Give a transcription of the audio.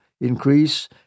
increase